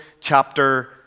chapter